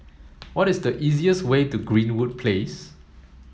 what is the easiest way to Greenwood Place